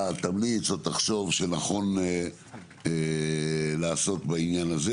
תמליץ או תחשוב שנכון לעשות בעניין הזה,